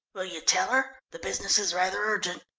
will you tell her? the business is rather urgent.